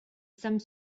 some